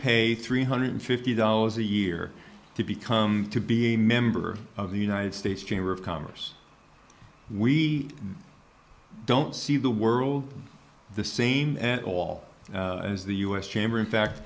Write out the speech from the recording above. pay three hundred fifty dollars a year to become to be a member of the united states chamber of commerce we don't see the world the same at all as the u s chamber in fact